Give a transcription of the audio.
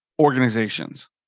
organizations